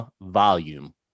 volume